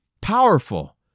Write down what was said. Powerful